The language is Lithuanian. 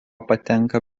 patenka